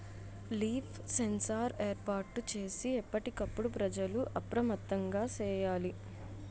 leaf sensor ఏర్పాటు చేసి ఎప్పటికప్పుడు ప్రజలు అప్రమత్తంగా సేయాలి